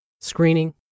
screening